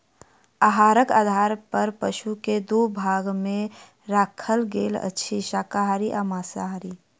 आहारक आधार पर पशु के दू भाग मे राखल गेल अछि, शाकाहारी आ मांसाहारी